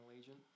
agent